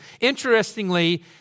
Interestingly